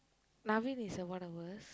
Naveen is one of the worst